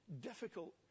difficult